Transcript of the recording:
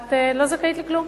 את לא זכאית לכלום.